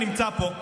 שנמצא פה,